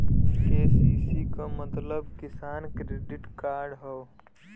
KCC क मतलब किसान क्रेडिट कार्ड हौ